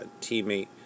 teammate